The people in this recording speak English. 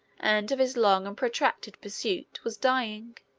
and of his long and protracted pursuit, was dying.